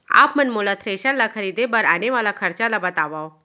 आप मन मोला थ्रेसर ल खरीदे बर आने वाला खरचा ल बतावव?